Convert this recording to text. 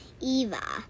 Eva